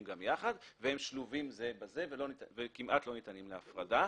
גם יחד והם שלובים זה בזה וכמעט לא ניתנים להפרדה.